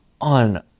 on